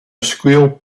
squeal